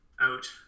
out